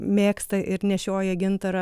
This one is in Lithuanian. mėgsta ir nešioja gintarą